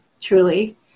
truly